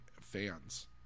fans